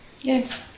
Yes